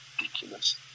ridiculous